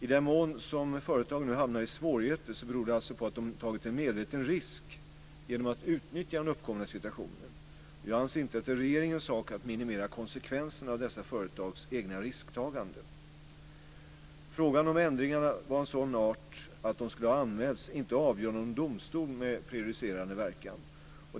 I den mån som företagen nu hamnar i svårigheter beror det alltså på att de har tagit en medveten risk genom att utnyttja den uppkomna situationen. Jag anser inte att det är regeringens sak att minimera konsekvenserna av dessa företags egna risktaganden. Frågan om ändringarna var av sådan art att den skulle ha anmälts och inte avgjorts i en domstol med prejudicerande verkan.